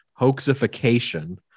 Hoaxification